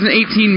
2018